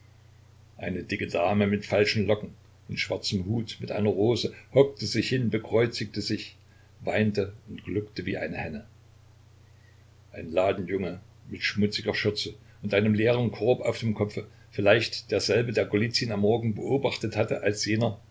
eine dicke dame mit falschen locken in schwarzem hut mit einer rose hockte sich hin bekreuzigte sich weinte und gluckte wie eine henne ein ladenjunge mit schmutziger schürze und einem leeren korb auf dem kopfe vielleicht derselbe der golizyn am morgen beobachtet hatte als jener